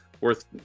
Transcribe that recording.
worth